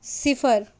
صفر